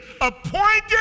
appointed